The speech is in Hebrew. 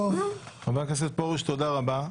חבר הכנסת פרוש, תודה רבה.